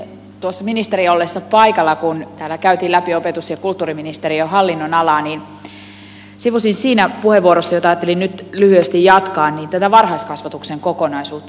tuossa ministerin ollessa paikalla kun täällä käytiin läpi opetus ja kulttuuriministeriön hallinnonalaa sivusin siinä puheenvuorossa jota ajattelin nyt lyhyesti jatkaa tätä varhaiskasvatuksen kokonaisuutta